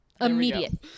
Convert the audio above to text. Immediate